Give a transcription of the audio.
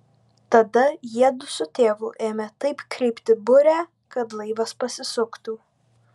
tada jiedu su tėvu ėmė taip kreipti burę kad laivas pasisuktų